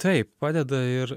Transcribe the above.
taip padeda ir